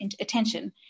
attention